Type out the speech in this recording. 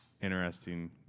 interesting